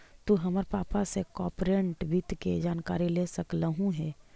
तु हमर पापा से कॉर्पोरेट वित्त के जानकारी ले सकलहुं हे